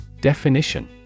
Definition